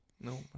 No